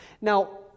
Now